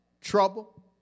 trouble